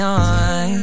on